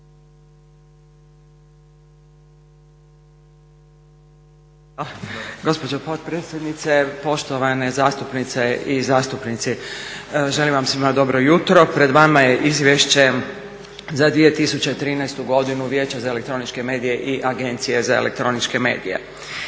Gospođo potpredsjednice, poštovane zastupnice i zastupnici. Želim vam svima dobro jutro, pred vama je Izvješće za 2013. godinu Vijeća za elektroničke medije i Agencije za elektroničke medije.